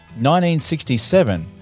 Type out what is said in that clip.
1967